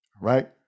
right